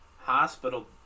hospital